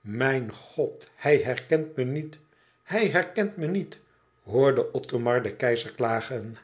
mijn god hij herkent me niet hij herkent me niet hoorde othomar den keizer klagen